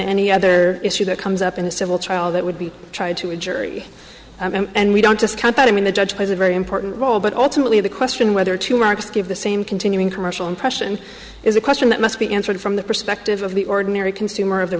any other issue that comes up in the civil trial that would be tried to a jury and we don't discount that i mean the judge has a very important role but ultimately the question whether to mark's give the same continuing commercial impression is a question that must be answered from the perspective of the ordinary consumer of the